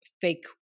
fake